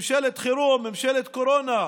ממשלת חירום, ממשלת קורונה,